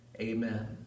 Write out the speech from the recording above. amen